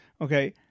Okay